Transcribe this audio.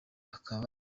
akaba